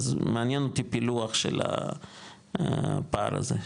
אז מעניין אותי פילוח של הפער הזה,